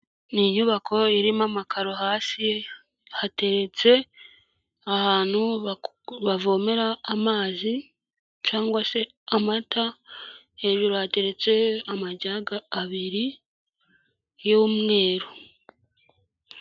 Ni inyubako irimo amakaro hasi, hateretse ahantu bavomera amazi cyangwa se amata, hejuru hateretse amajage abiri y'umweru.